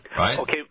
Okay